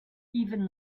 even